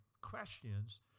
questions